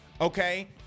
okay